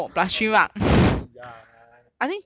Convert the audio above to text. oh no !aiya!